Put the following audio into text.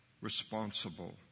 responsible